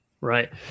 Right